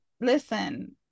listen